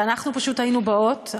ואנחנו פשוט היינו באות,